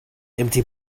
empty